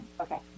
okay